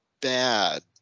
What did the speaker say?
bad